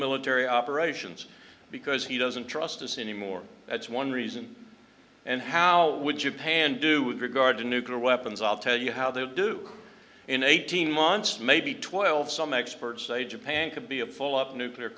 military operations because he doesn't trust us anymore that's one reason and how would you pan do with regard to nuclear weapons i'll tell you how they would do in eighteen months maybe twelve some experts say japan could be a full up nuclear